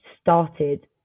started